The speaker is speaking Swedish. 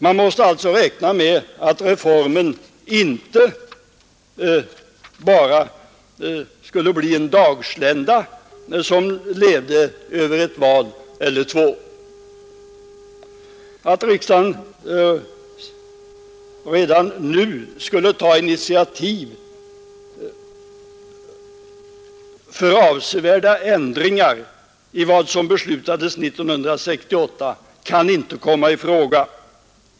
Man kunde alltså räkna med att reformen inte bara skulle bli en dagslända, som levde över ett val eller två. Och att riksdagen redan nu skall ta initiativ till avsevärda ändringar i vad som beslutades 1968 kan inte komma i fråga.